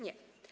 Nie.